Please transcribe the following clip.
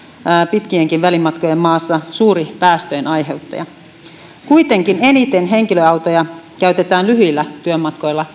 pitkienkin välimatkojen maassa suuri päästöjen aiheuttaja kuitenkin eniten henkilöautoja käytetään lyhyillä työmatkoilla